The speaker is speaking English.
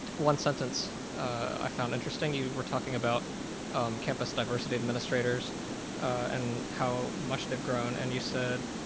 one sentence i found interesting, you were talking about campus diversity administrators and how much they've grown. and you said,